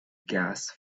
gas